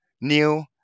new